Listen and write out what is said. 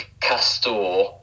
Castor